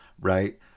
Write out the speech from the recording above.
right